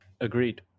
Agreed